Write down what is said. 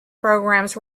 programs